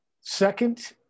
second